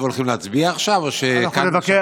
הולכים להצביע עכשיו או ששכחו מאיתנו?